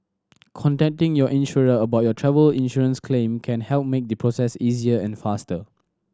contacting your insurer about your travel insurance claim can help make the process easier and faster